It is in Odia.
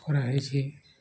କରାହୋଇଛି